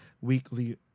weekly